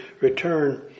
return